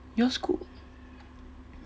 your school